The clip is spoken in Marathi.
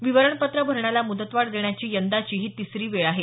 विवरण पत्र भरण्याला मुदतवाढ देण्याची यंदाची ही तिसरी वेळ आहे